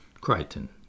Crichton